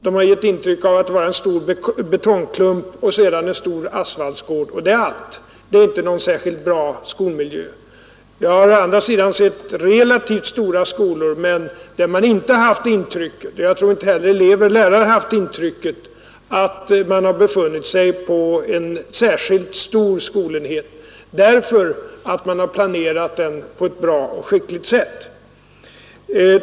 De har givit intryck av att vara en stor betongklump och en stor asfaltgård. Det är allt. Och det är inte någon särskilt bra skolmiljö. Å andra sidan har jag sett relativt stora skolor, där man inte haft det intrycket — och det tror jag inte heller elever och lärare har haft — att man befunnit sig på en särskilt stor skolenhet, ty de skolorna har planerats på ett ändamålsenligt och skickligt sätt.